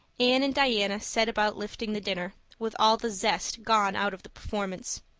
anne and diana set about lifting the dinner, with all the zest gone out of the performance.